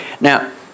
Now